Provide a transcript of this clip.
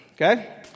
Okay